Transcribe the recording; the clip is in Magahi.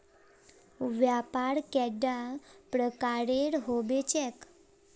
व्यापार कैडा प्रकारेर होबे चेक?